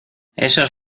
esos